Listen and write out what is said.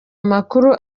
amakuru